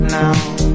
now